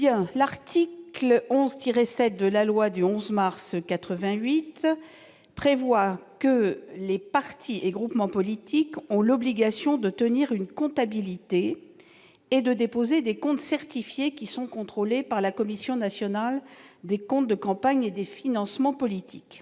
L'article 11-7 de la loi du 11 mars 1988 prévoit que les partis et groupements politiques ont l'obligation de tenir une comptabilité et de déposer des comptes certifiés, lesquels sont contrôlés par la Commission nationale des comptes de campagne et des financements politiques.